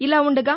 ఇలా ఉండగా